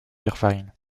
irvine